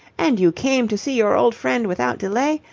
and you came to see your old friend without delay?